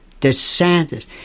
DeSantis